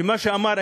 מה שאמר,